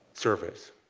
service.